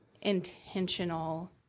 Intentional